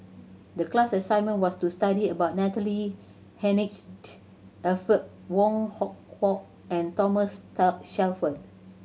the class assignment was to study about Natalie Hennedige Alfred Wong Hong Kwok and Thomas Shelford